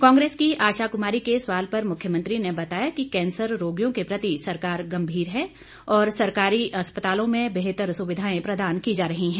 कांग्रेस की आशा कुमारी के सवाल पर मुख्यमंत्री ने बताया कि कैंसर रोगियों के प्रति सरकार गंभीर है और सरकारी अस्पतालों में बेहतर सुविधाएं प्रदान की जा रही है